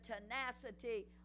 tenacity